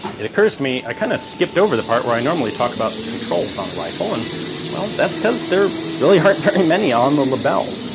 it occurs to me i kind of skipped over the part where i normally talk about the controls on a rifle, and well, that's because there really aren't very many on the lebel.